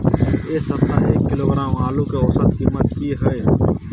ऐ सप्ताह एक किलोग्राम आलू के औसत कीमत कि हय?